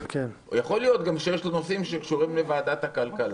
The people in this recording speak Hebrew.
יכול להיות שיש גם נושאים שקשורים לוועדת הכלכלה.